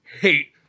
hate